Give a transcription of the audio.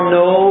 no